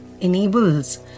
enables